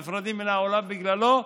נפרדים מן העולם בגללו,